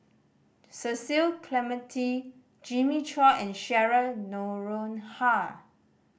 Cecil Clementi Jimmy Chua and Cheryl Noronha